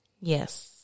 Yes